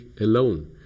alone